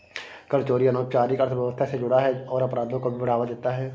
कर चोरी अनौपचारिक अर्थव्यवस्था से जुड़ा है और अपराधों को भी बढ़ावा देता है